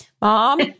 Mom